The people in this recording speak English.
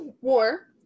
war